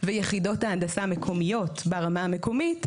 ויחידות ההנדסה המקומית ברמה המקומית,